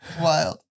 Wild